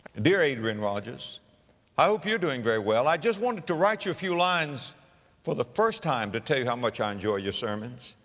dear adrian rogers, i hope you're doing very well. i just wanted to write you a few lines for the first time to tell you how much i enjoy your sermons.